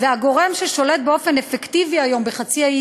והגורם ששולט באופן אפקטיבי היום בחצי האי